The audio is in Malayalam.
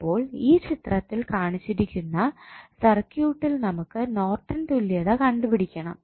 അപ്പോൾ ഈ ചിത്രത്തിൽ കാണിച്ചിരിക്കുന്ന സർക്യൂട്ടിൽ നമുക്ക് നോർട്ടൻ തുല്യത കണ്ടു പിടിക്കണം